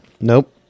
Nope